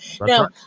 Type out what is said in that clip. Now